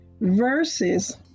verses